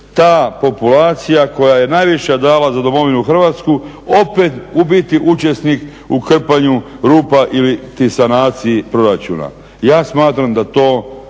ta populacija koja je najviše dala za domovinu Hrvatsku opet biti učesnik u krpanju rupa iliti sanaciji proračuna. Ja smatram da to